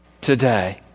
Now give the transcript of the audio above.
today